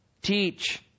Teach